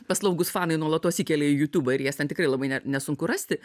paslaugūs fanai nuolatos įkelia į jutubą ir jas ten tikrai labai ne nesunku rasti